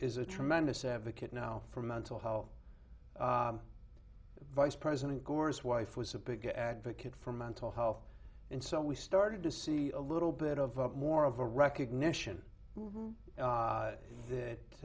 is a tremendous advocate now for mental health vice president gore's wife was a big advocate for mental health and so we started to see a little bit of more of a recognition that this